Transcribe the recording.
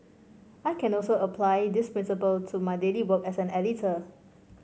I can also apply this principle to my daily work as an editor